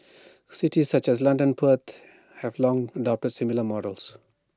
cities such as London pert have long adopted similar models